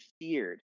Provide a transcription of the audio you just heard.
feared